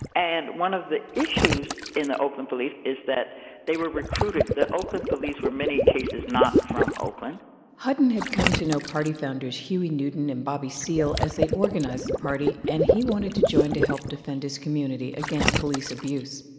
and one of the issues in the police is that they were recruited. the oakland police were, in many cases, not from oakland hutton had come to know party founders huey newton and bobby seale as they organized the party, and he wanted to join to help defend his community against police abuse.